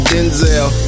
Denzel